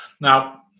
Now